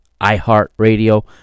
iHeartRadio